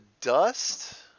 dust